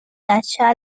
lâcha